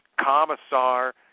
commissar